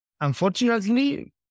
Unfortunately